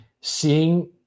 seeing